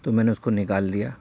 تو میں نے اس کو نکال دیا